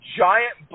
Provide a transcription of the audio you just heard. giant